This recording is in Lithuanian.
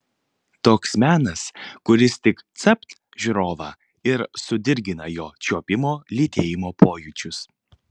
toks menas kuris tik capt žiūrovą ir sudirgina jo čiuopimo lytėjimo pojūčius